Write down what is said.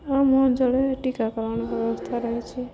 ଆମ ଅଞ୍ଚଳରେ ଟିକାକରଣ ବ୍ୟବସ୍ଥା ରହିଛି